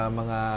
mga